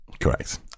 Correct